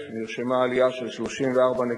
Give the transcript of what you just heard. במטרה להפוך את ישראל כמובילה בתחום.